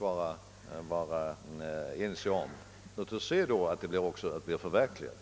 Låt oss då också se till att det talet förverkligas!